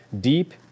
deep